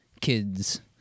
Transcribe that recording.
kids